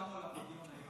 בוא נעביר את זה מהר לוועדה,